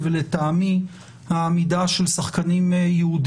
אלא כמובן גם בהקשר הספציפי של אכיפת הוראות